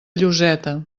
lloseta